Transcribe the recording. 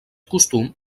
costum